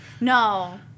no